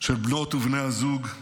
של בנות ובני הזוג,